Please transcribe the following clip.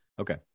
Okay